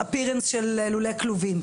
של לולי כלובים.